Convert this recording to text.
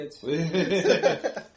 kids